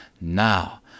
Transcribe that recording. Now